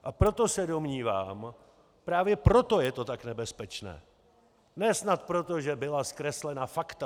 A proto se domnívám, že právě proto je to tak nebezpečné ne snad proto, že byla zkreslena fakta.